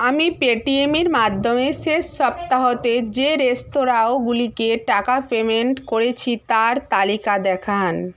আমি পেটিএমের মাধ্যমে শেষ সপ্তাহতে যে রেস্তোরাঁগুলিকে টাকা পেমেন্ট করেছি তার তালিকা দেখান